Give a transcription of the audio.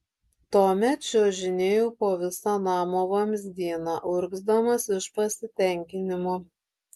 tuomet čiuožinėju po visą namo vamzdyną urgzdamas iš pasitenkinimo